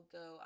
go